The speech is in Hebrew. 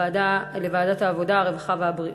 לוועדת העבודה, הרווחה והבריאות.